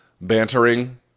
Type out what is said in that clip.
bantering